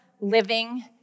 living